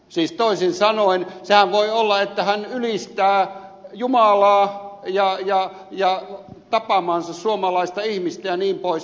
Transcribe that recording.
siis toisin sanoen sehän voi olla että hän ylistää jumalaa ja tapaamaansa suomalaista ihmistä jnp